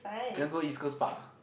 you want go East-Coast-Park ah